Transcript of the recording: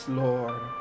lord